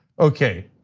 okay,